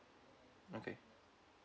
okay